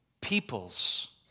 peoples